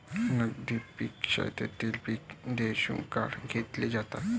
नगदी पिके शेतीतील पिके दीर्घकाळ घेतली जातात